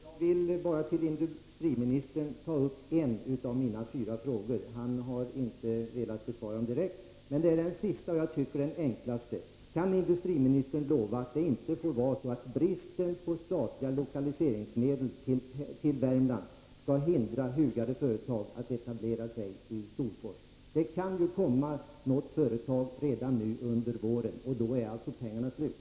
Herr talman! Jag vill bara till industriministern upprepa en av mina fyra frågor. Han har inte velat besvara dem tidigare. Jag vill än en gång ta upp den sista och, tycker jag, enklaste av frågorna: Kan industriministern lova att inte bristen på statliga lokaliseringsmedel till Värmland skall få hindra hugade företag att etablera sig i Storfors? Det kan komma något företag redan nu under våren, och då är alltså pengarna slut.